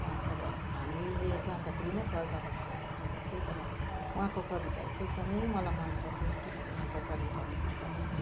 उहाँ चाहिँ अब हामीले जान्दाखेरि नै स्वर्गवास भइसक्नु भएको थियो तर उहाँको कविताहरू चाहिँ एकदमै मलाई मनपर्थ्यो किनभने उहाँको कवितामा चाहिँ एकदमै